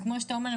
וכמו שאתה אומר,